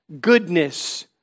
goodness